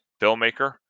filmmaker